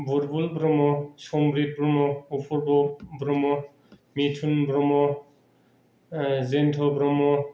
Burbul Brahma Sambrit Brahma Apurba Brahma Mithun Brahma Jayanth' Brahma